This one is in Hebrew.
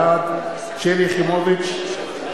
בעד שלי יחימוביץ,